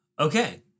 Okay